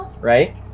Right